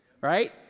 Right